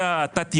זה התת אירוע.